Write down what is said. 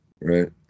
Right